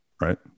Right